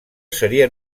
seria